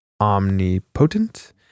omnipotent